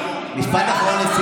נגמר.